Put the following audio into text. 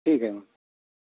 ठीके मग